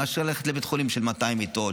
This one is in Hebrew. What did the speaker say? מאשר ללכת לבית חולים של 200 מיטות,